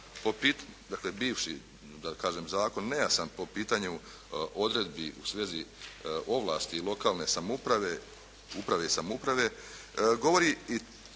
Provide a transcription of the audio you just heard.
dakle, bivši da kažem zakon nejasan po pitanju odredbi u svezi ovlasti lokalne samouprave, uprave